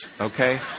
okay